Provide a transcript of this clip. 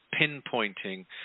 pinpointing